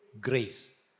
grace